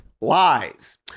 Lies